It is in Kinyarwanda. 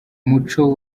muco